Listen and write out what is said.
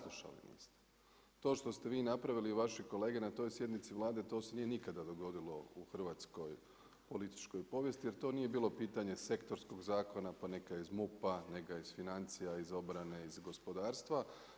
To što ste vi napravili i vaše kolege na toj sjednici Vlade to se nije nikada dogodilo u hrvatskoj političkoj povijesti jer to nije bilo pitanje sektorskog zakona poneka iz MUP-a, neka iz financija, iz obrane, iz gospodarstva.